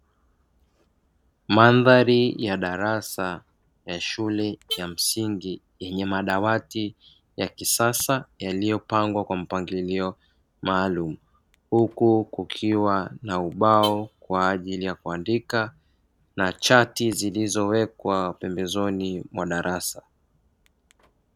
Mandhari ya darasa ya shule ya msingi yenye madawati ya kisasa yaliyopangwa kwa mpangilio maalumu. Huku kukiwa na ubao kwa ajili ya kuandika na chati zilizowekwa pembezoni mwa darasa.